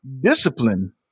discipline